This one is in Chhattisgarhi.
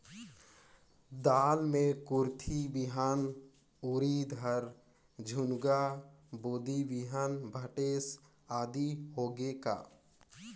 दाल मे कुरथी बिहान, उरीद, रहर, झुनगा, बोदी बिहान भटेस आदि होगे का?